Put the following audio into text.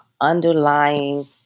underlying